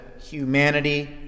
humanity